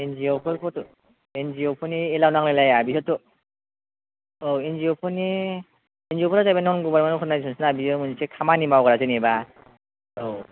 N G O फोरखौथ' N G O फोरनि एलाव नांलाय लाया बिसोरथ' औ एन जि अ' फोरनि एन जि अ' फोरा जाहैबाय नन गभारमेन्ट बेयो मोनसे खामानि मावग्रा जेनोबा औ